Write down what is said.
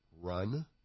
Run